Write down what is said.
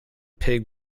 pig